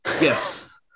yes